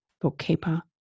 bookkeeper